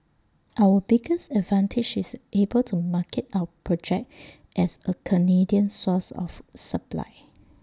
our biggest advantage is able to market our project as A Canadian source of supply